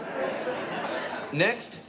Next